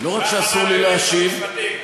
כך אמר היועץ המשפטי.